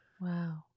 Wow